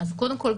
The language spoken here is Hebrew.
קודם כול,